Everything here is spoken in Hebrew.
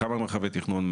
כמה מרחבי תכנון,